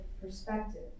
perspective